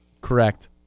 Correct